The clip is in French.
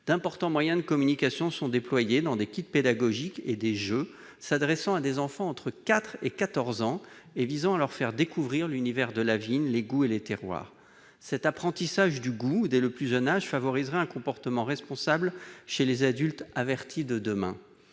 D'importants moyens de communication sont déployés au moyen de kits pédagogiques, de jeux s'adressant à des enfants de 4 à 14 ans, visant à leur faire découvrir l'univers de la vigne, les goûts et les terroirs. Cet « apprentissage du goût » dès le plus jeune âge favoriserait un comportement responsable chez les adultes « avertis » de demain